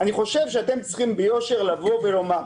אני חושב שאתם צריכים ביושר לומר: